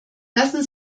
lassen